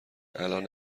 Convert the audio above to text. الان